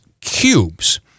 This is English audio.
cubes